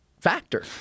factor